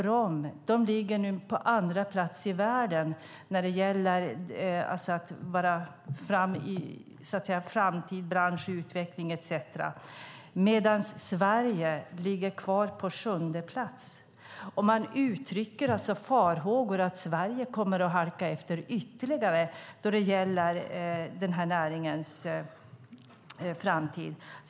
Finland ligger nu på andra plats i världen när det gäller framtid, bransch, utveckling etcetera, medan Sverige ligger kvar på sjunde plats. Man uttrycker farhågor för att Sverige kommer att halka efter ytterligare när det gäller den här näringens framtid.